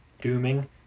dooming